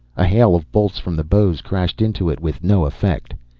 a hail of bolts from the bows crashed into it with no effect.